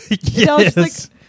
Yes